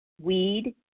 weed